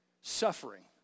Suffering